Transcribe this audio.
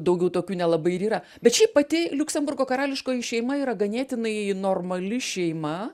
daugiau tokių nelabai ir yra bet šiaip pati liuksemburgo karališkoji šeima yra ganėtinai normali šeima